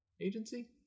agency